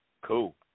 Cool